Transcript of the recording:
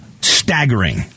staggering